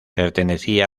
pertenecía